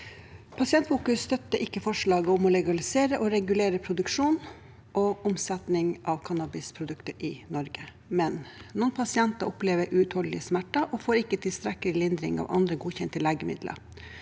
Pasientfokus støtter ikke forslaget om å legalisere og regulere produksjon og omsetning av cannabisprodukter i Norge, men noen pasienter opplever uutholdelige smerter og får ikke tilstrekkelig lindring av andre godkjente legemidler.